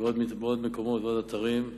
ובעוד מקומות ובעוד אתרים,